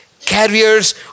Carriers